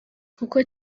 kuko